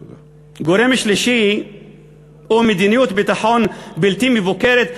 תודה גורם שלישי הוא מדיניות ביטחון בלתי מבוקרת.